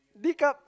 de cup